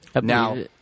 Now